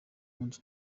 bundi